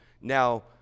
Now